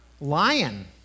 lion